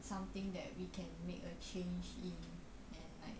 something that you can make a change